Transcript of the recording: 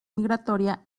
migratoria